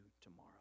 tomorrow